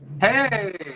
Hey